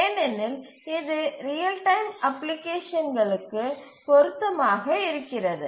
ஏனெனில் இது real time அப்ளிகேஷன்களுக்கு பொருத்தமாக இருக்கிறது